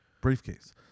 briefcase